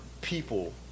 people